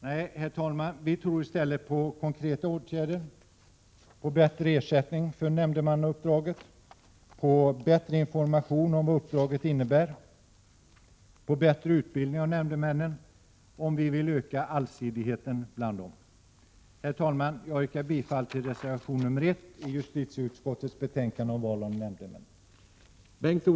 Nej, herr talman, vi tror i stället på konkreta åtgärder, på bättre ersättning för nämndemannauppdraget, bättre information om vad uppdraget innebär och bättre utbildning av nämndemännen, om man vill öka allsidigheten bland dem. : Herr talman! Jag yrkar bifall till reservation 1 i justitieutskottets betänkande om val av nämndemän m.m.